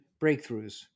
breakthroughs